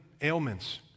ailments